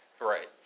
right